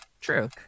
True